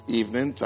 evening